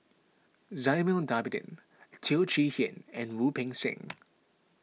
Zainal Abidin Teo Chee Hean and Wu Peng Seng